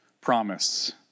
promise